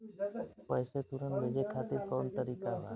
पैसे तुरंत भेजे खातिर कौन तरीका बा?